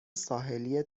ساحلی